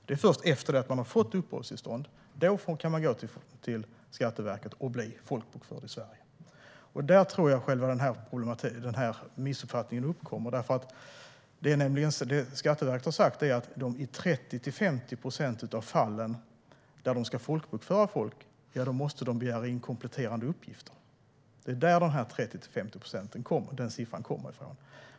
Det är först efter att de har fått uppehållstillstånd som de kan gå till Skatteverket och bli folkbokförda i Sverige. Jag tror att grunden till missuppfattningen är att Skatteverket har sagt att de måste begära in kompletterande uppgifter i 30-50 procent av fallen när de ska folkbokföra folk. Det är därifrån de siffrorna kommer.